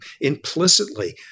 implicitly